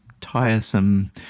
tiresome